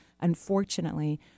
unfortunately